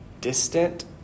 distant